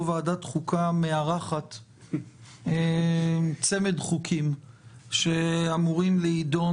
אנחנו בדיון מיוחד שבו ועדת חוקה מארחת צמד חוקים שאמורים להידון